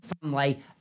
family